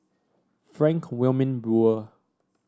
Frank Wilmin Brewer